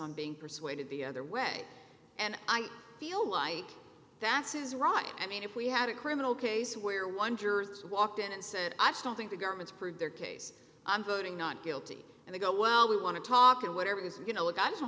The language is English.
on being persuaded the other way and i feel like that's his right i mean if we had a criminal case where one jurors walked in and said i don't think the government's proved their case i'm voting not guilty and they go well we want to talk and whatever is going to look i don't